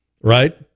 right